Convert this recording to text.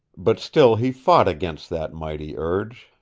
but still he fought against that mighty urge,